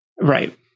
Right